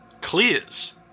clears